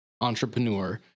entrepreneur